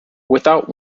without